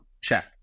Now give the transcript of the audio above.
Check